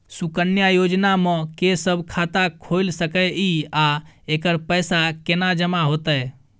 सुकन्या योजना म के सब खाता खोइल सके इ आ एकर पैसा केना जमा होतै?